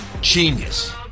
Genius